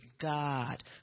God